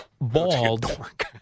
Bald